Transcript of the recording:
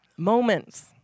moments